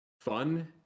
fun